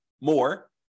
more